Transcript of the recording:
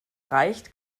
reicht